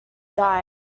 died